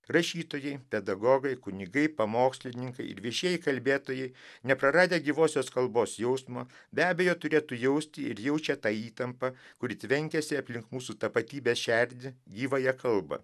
rašytojai pedagogai kunigai pamokslininkai ir viešieji kalbėtojai nepraradę gyvosios kalbos jausmo be abejo turėtų jausti ir jaučia tą įtampą kuri tvenkėsi aplink mūsų tapatybės šerdį gyvąją kalbą